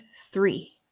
three